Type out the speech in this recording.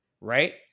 Right